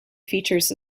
features